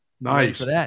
Nice